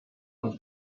und